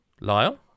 Lyle